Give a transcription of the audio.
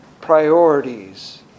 priorities